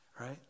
right